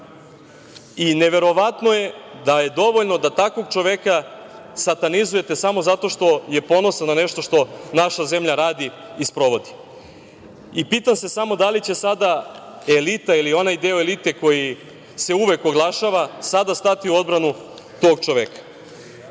firme. Neverovatno je da je dovoljno da takvog čoveka satanizujete samo zato što je ponosan na nešto što naša zemlja radi i sprovodi. Pitam se samo da li će sada elita ili onaj deo elite koji se uvek oglašava sada stati u odbranu tog čoveka? Što